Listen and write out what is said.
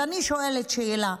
אז אני שואלת שאלה: